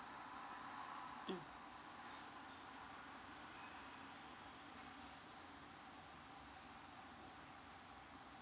mm